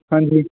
ਹਾਂਜੀ